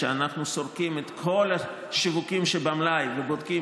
כשאנחנו סורקים את כל השיווקים שבמלאי ובודקים